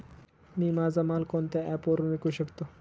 मी माझा माल कोणत्या ॲप वरुन विकू शकतो?